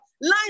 line